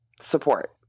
Support